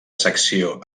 secció